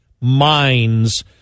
minds